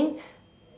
I mean